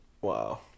Wow